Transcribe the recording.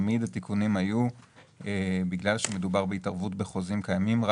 תמיד התיקונים היו בגלל שמדובר בהתערבות בחוזים קיימים,